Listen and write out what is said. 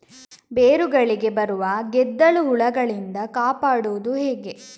ಬೇರುಗಳಿಗೆ ಬರುವ ಗೆದ್ದಲು ಹುಳಗಳಿಂದ ಕಾಪಾಡುವುದು ಹೇಗೆ?